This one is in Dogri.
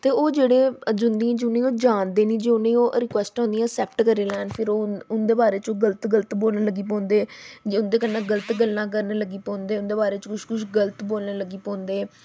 ते ओह् जेह्ड़े जि'नें गी ओह् जानदे निं जे उ'नें गी ओह् रिक्वैस्टां उं'दियां असैप्ट करी लैन फिर ओह् उं'दे बारे च गल्त गल्त बोलन लग्गी पौंदे जां उं'दे कन्नै गल्त गल्लां करन लग्गी पौंदे उं'दे बारे च कुछ कुछ गल्त बोलन लग्गी पौंदे